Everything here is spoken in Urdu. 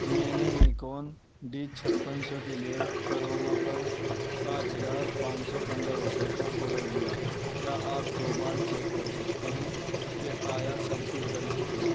میں نے نیکون ڈی چھپن سو کے لیے کروما پر سات ہزار پانچ سو پندرہ روپئے کا آرڈر دیا کیا آپ دو بار چیک کر سکتے ہیں کہ آیا سب کچھ درست ہے